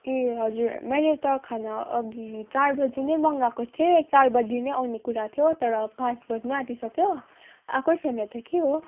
ए हजुर मैले त खाना अघि चार बजे नै मगाएको थिएँ चार बजे नै आउने कुरा थियो तर पाँच बज्न आँटिसक्यो आएकै छैन त के हो